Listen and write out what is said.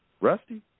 Rusty